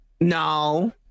No